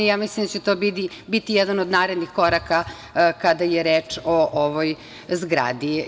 Ja mislim da će to biti jedan od narednih koraka kada je reč o ovoj zgradi.